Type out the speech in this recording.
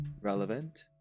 relevant